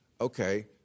okay